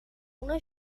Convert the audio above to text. una